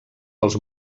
als